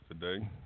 today